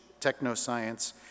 technoscience